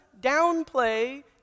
downplay